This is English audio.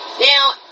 Now